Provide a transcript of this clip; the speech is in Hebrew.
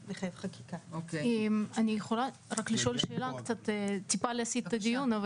אני יכולה לשאול שאלה, טיפה להסית את הדיון?